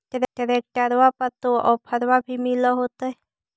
ट्रैक्टरबा पर तो ओफ्फरबा भी मिल होतै?